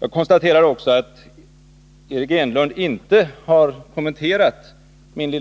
Jag konstaterar också att Eric Enlund inte — varken i